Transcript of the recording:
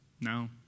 No